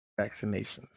Vaccinations